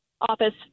office